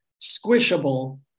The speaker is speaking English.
squishable